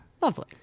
Lovely